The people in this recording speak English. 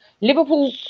Liverpool